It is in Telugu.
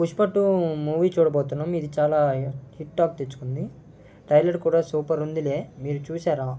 పుష్ప టూ మూవీ చూడబోతున్నాం ఇది చాలా హిట్ టాక్ తెచ్చుకుంది ట్రైలర్ కూడా సూపర్ ఉంది మీరు చూసారా